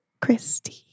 Christy